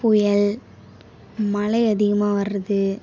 புயல் மழை அதிகமாக வர்றது